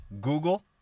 Google